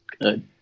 Good